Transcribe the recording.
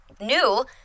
new